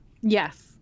Yes